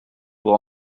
pour